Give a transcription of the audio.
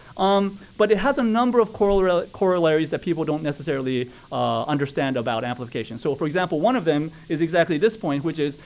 um but it has a number of corollaries that corollaries that people don't necessarily understand about amplification. so for example, one of them is exactly this point, which is,